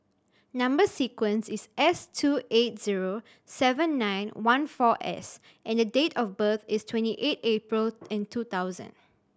number sequence is S two eight zero seven nine one four S and the date of birth is twenty eight April and two thousand